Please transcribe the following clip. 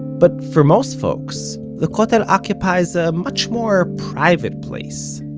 but for most folks, the kotel occupies a much more private place.